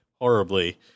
horribly